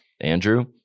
Andrew